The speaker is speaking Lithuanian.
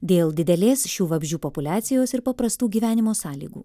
dėl didelės šių vabzdžių populiacijos ir paprastų gyvenimo sąlygų